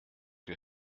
que